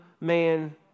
man